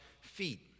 feet